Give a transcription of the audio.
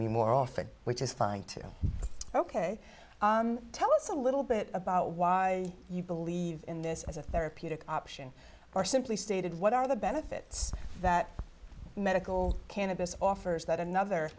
me more often which is fine too ok tell us a little bit about why you believe in this as a therapeutic option or simply stated what are the benefits that medical cannabis offers that another